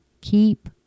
Keep